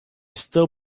still